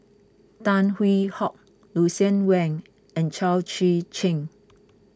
Tan Hwee Hock Lucien Wang and Chao Tzee Cheng